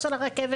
של הרכבת,